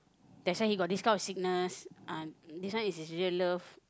that's why he got this kind of sickness ah this one is his real love